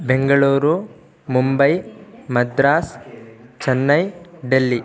Bengaluru Mumbai Madras Chennai Delhi